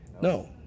No